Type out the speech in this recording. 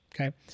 okay